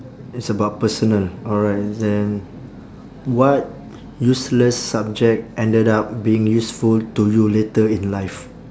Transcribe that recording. it's about personal alright then what useless subject ended up being useful to you later in life